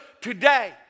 today